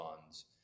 funds